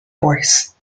force